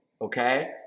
Okay